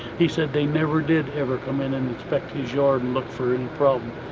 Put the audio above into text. he said they never did ever come in and inspect his yard and look for any problem,